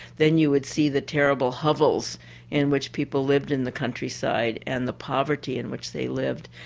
then you would see the terrible hovels in which people lived in the countryside, and the poverty in which they lived.